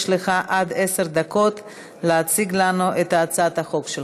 יש לך עד עשר דקות להציג לנו את הצעת החוק שלך.